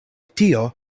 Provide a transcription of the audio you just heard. tio